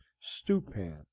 stewpan